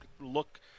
look